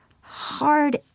hard